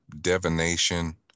divination